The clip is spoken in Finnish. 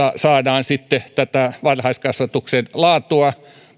saadaan varhaiskasvatuksen laatua